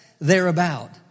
thereabout